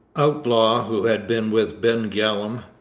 outlaw, who had been with ben gillam,